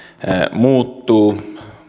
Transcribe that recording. muuttuvat